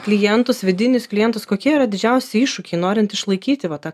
klientus vidinius klientus kokie yra didžiausi iššūkiai norint išlaikyti va tą